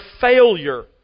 failure